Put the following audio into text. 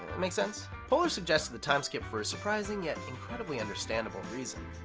make sense? poehler suggested the timeskip for a surprising yet incredibly understandable reason.